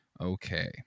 Okay